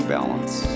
balance